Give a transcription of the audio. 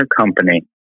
company